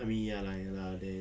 I mean ya lah ya lah there